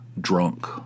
drunk